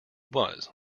was